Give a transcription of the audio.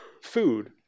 food